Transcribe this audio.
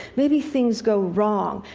maybe things go wrong.